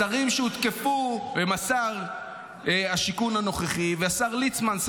השרים שהותקפו הם שר השיכון הנוכחי והשר ליצמן,